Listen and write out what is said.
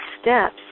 steps